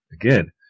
again